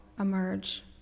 emerge